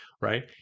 right